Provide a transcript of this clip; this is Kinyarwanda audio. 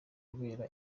kubera